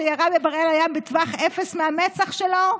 שירה בבראל היה בטווח אפס מהמצח שלו,